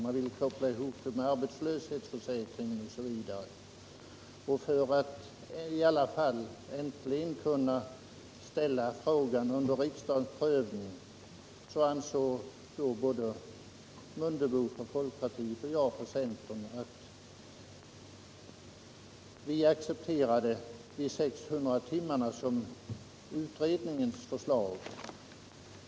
Man ville koppla ihop detta med arbetslöshetsförsäkringen osv. För att vi alla fall äntligen skulle kunna ställa frågan under riksdagens prövning ansåg både herr Mundebo från folkpartiet och jag från centern att vi kunde acceptera de 600 timmarna som utredningens förslag.